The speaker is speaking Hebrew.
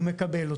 הוא מקבל אותו.